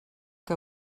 que